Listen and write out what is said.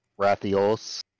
Rathios